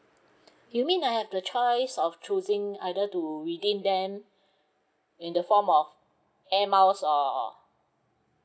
you mean I have the choice of choosing either to redeem them in the form of air miles or